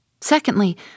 Secondly